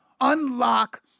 unlock